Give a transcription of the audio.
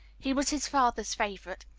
he was his father's favorite.